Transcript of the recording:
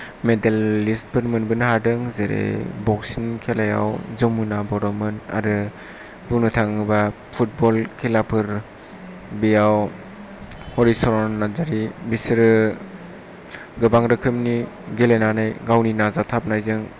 मेडेलिस्टफोर मोनबोनो हादों जेरै बक्सिं खेलायाव जमुना बर'मोन आरो बुंनो थाङोब्ला फुटबल खेलाफोर बेयाव हलिचरन नार्जारि बिसोरो गोबां रोखोमनि गेलेनानै गावनि नाजाथाबनायजों